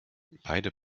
beide